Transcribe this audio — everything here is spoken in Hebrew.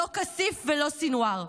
לא כסיף ולא סנוואר.